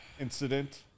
incident